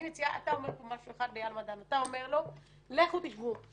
אתה אומר פה לאיל מידן, לכו תשבו.